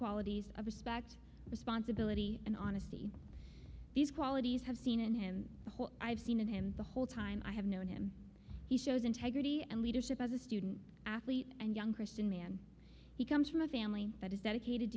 qualities of respect responsibility and honesty these qualities have seen and i have seen in him the whole time i have known him he shows integrity and leadership as a student athlete and young christian man he comes from a family that is dedicated